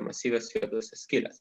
masyvios juodos skylės